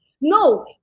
no